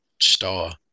Star